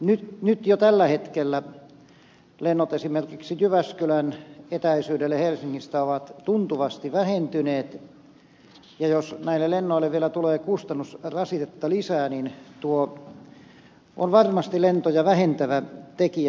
nyt jo tällä hetkellä lennot esimerkiksi jyväskylän etäisyydelle helsingistä ovat tuntuvasti vähentyneet ja jos näille lennoille vielä tulee kustannusrasitetta lisää niin tuo on varmasti lentoja vähentävä tekijä jatkossa